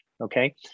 Okay